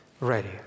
ready